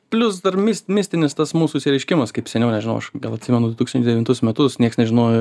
plius dar mis mistinis tas mūsų išsireiškimas kaip seniau nežinau aš gal atsimenu tūkstantis devintus metus nieks nežinojo